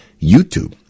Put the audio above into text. YouTube